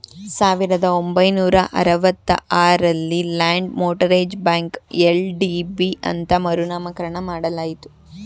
ಸಾವಿರದ ಒಂಬೈನೂರ ಅರವತ್ತ ಆರಲ್ಲಿ ಲ್ಯಾಂಡ್ ಮೋಟರೇಜ್ ಬ್ಯಾಂಕ ಎಲ್.ಡಿ.ಬಿ ಅಂತ ಮರು ನಾಮಕರಣ ಮಾಡಲಾಯಿತು